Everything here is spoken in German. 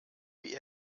wie